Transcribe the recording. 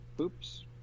oops